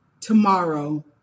tomorrow